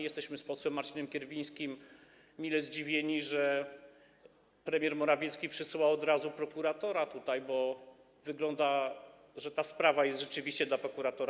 Jesteśmy z posłem Marcinem Kierwińskim mile zdziwieni, że premier Morawiecki przysyła od razu prokuratora tutaj, bo wygląda na to, że ta sprawa jest rzeczywiście dla prokuratora.